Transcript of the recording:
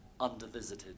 undervisited